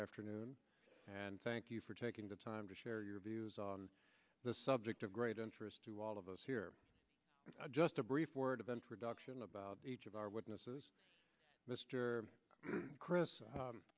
afternoon and thank you for taking the time to share your views on the subject of great interest to all of us here just a brief word of introduction about each of our witnesses mister chris